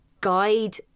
Guide